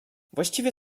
właściwie